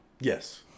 Yes